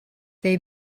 they